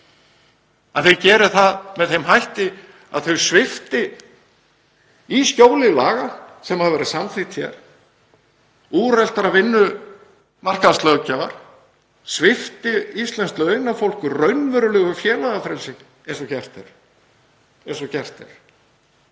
að þau geri það með þeim hætti að þau svipti, í skjóli laga sem hafa verið samþykkt hér, úreltrar vinnumarkaðslöggjafar, íslenskt launafólk raunverulegu félagafrelsi eins og gert er.